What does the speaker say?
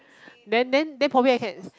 then then then probably I can